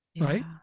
right